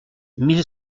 mille